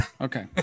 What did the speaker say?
Okay